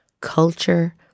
Culture